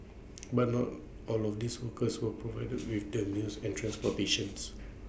but not all of these workers were provided with the meals and transportations